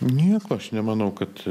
nieko aš nemanau kad